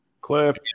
cliff